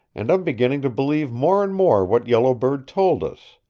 and i'm beginning to believe more and more what yellow bird told us,